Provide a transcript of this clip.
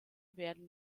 werden